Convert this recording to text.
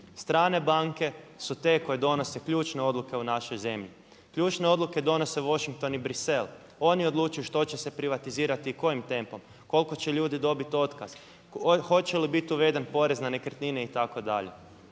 stranke banke su te koje donose ključne odluke u našoj zemlji. Ključne odluke donose Washington i Bruxelles oni odlučuju što će se privatizirati i kojim tempom, koliko će ljudi dobiti otkaz, hoće li biti uveden porez na nekretnine itd.